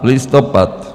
Listopad.